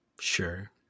Sure